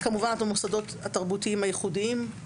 כמובן המוסדות התרבותיים הייחודיים,